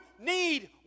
need